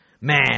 Man